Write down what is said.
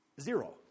Zero